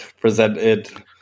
presented